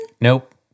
Nope